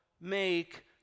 make